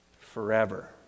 forever